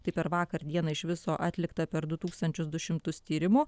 tai per vakar dieną iš viso atlikta per du tūkstančius du šimtus tyrimų